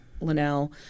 Linnell